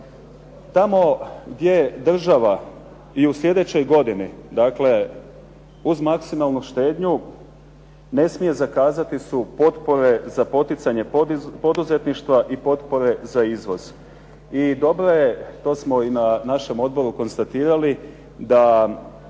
Tamo gdje država i u slijedećoj godini uz maksimalnu štednju ne smije zakazati su potpore za poticanje poduzetništva i potpore za izvoz. I dobro je, to smo i na našem odboru konstatirali da